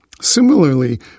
Similarly